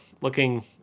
looking